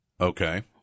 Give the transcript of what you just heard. Okay